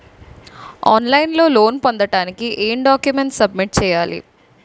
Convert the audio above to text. On line లో loan పొందటానికి ఎం డాక్యుమెంట్స్ సబ్మిట్ చేయాలి?